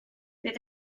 bydd